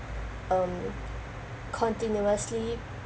um continuously